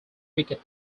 cricket